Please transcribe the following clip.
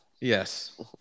yes